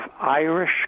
Irish